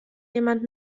jemand